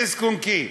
דיסק-און-קי.